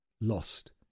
lost